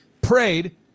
prayed